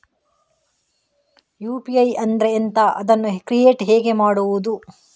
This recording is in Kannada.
ಯು.ಪಿ.ಐ ಅಂದ್ರೆ ಎಂಥ? ಅದನ್ನು ಕ್ರಿಯೇಟ್ ಹೇಗೆ ಮಾಡುವುದು?